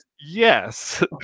yes